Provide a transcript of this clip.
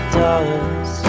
dollars